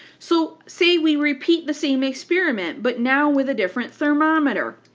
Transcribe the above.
so say we repeat the same experiment, but now with a different thermometer,